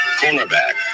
cornerback